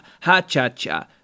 ha-cha-cha